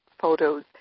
photos